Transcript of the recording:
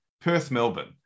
Perth-Melbourne